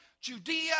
Judea